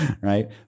Right